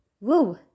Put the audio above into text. Woo